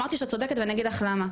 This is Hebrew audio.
אמרתי שאת צודקת ואני אגיד לך למה.